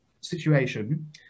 situation